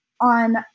on